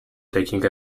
taking